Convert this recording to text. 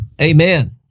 amen